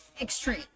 extreme